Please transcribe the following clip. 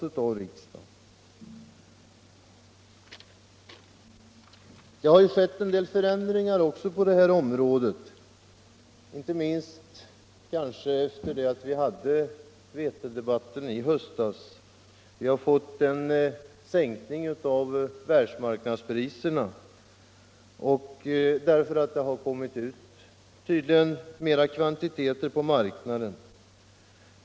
Det har också skett en del förändringar på detta område, inte minst efter det att vi hade vetedebatten i höstas. Världsmarknadspriserna har sänkts, tydligen därför att det kommit ut större kvantiteter på marknaden.